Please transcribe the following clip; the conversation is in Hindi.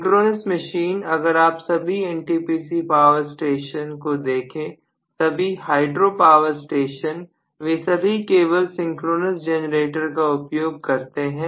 सिंक्रोनस मशीन अगर आप सभी NTPC पावर स्टेशन को देखें सभी हाइड्रो पावर स्टेशन वे सभी केवल सिंक्रोनस जनरेटर का उपयोग करते हैं